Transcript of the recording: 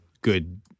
good